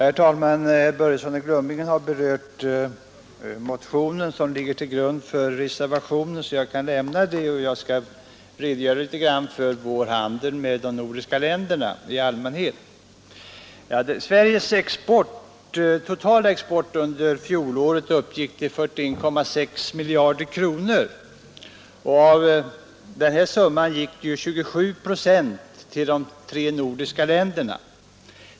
Herr talman! Herr Börjesson i Glömminge har berört motionen som ligger till grund för reservationen 2, så jag kan lämna den saken. Jag skall i stället redogöra litet grand för vår handel med de nordiska länderna i allmänhet. Sveriges totala export under fjolåret uppgick till 41,6 miljarder kronor, och av den summan gick 27 procent till de tre nordiska länderna.